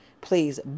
please